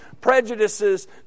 prejudices